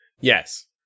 Yes